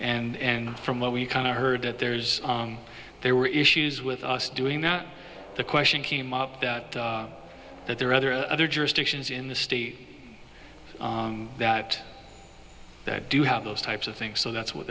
landfill and from what we kind of heard that there's there were issues with us doing not the question came up that that there are other other jurisdictions in the state that they do have those types of things so that's what